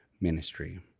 ministry